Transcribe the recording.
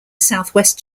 southwest